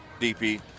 DP